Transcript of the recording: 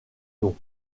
noms